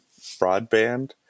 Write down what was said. broadband